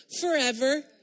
Forever